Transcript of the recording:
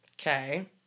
Okay